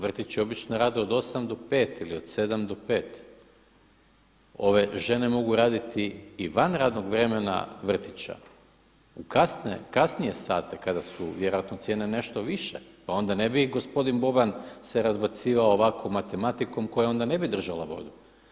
Vrtići obično rade od 8 do 17, ili od 7 do 17h. Ove žene mogu raditi van radnog vremena vrtića, u kasnije sate kada su vjerojatno cijene nešto više pa onda ne bi gospodin Boban se razbacivao ovako matematikom koja onda ne bi držala vodu.